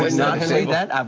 but not say that.